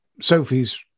Sophie's